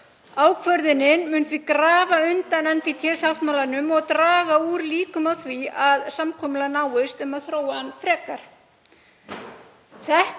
Ákvörðunin mun því grafa undan NPT-sáttmálanum og draga úr líkum á því að samkomulag náist um að þróa hann frekar.